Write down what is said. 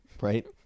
Right